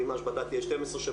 ואם ההשבתה תהיה 12 שבועות,